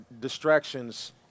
distractions